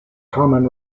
common